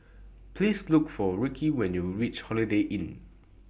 Please Look For Rickie when YOU REACH Holiday Inn